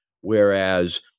whereas